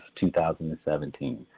2017